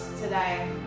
today